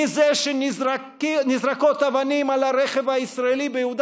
מזה שנזרקות אבנים על הרכב הישראלי ביהודה